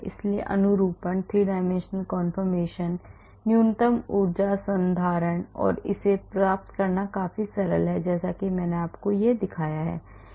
इसलिए अनुरूपण 3 dimensional conformations न्यूनतम ऊर्जा संधारण और इसे प्राप्त करना काफी सरल है जैसे कि मैंने आपको यह दिखाया है